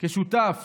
כשותף